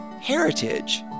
Heritage